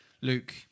Luke